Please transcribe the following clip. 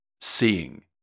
seeing